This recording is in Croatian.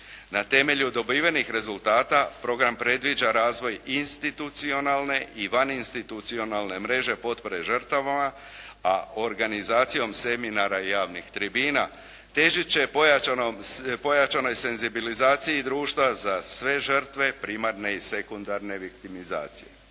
Na temelju dobivenih rezultata program predviđa razvoj institucionalne i vaninstitucionalne mreže potpore žrtvama a organizacijom seminara i javnih tribina težit će pojačanoj senzibilizaciji društva za sve žrtve primarne i sekundarne viktimizacije.